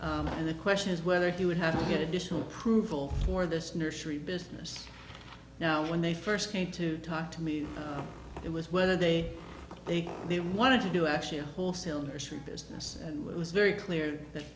business and the question is whether he would have to get additional approval for this nursery business now when they first came to talk to me it was whether they think they wanted to do actually wholesale nursery business it was very clear that